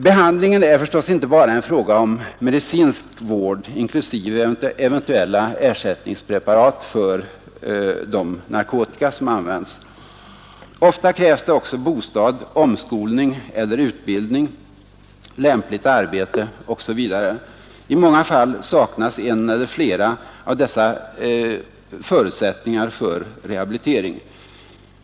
Behandlingen är förstås inte bara en fråga om medicinsk vård, inklusive eventuella ersättningspreparat för de narkotika som används. Ofta krävs det också bostad, omskolning eller utbildning, lämpligt arbete osv. I många fall saknas en eller flera av dessa förutsättningar för rehabilitering.